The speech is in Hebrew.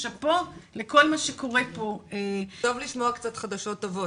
שאפו לכל מה שקורה פה -- טוב לשמוע קצת חדשות טובות.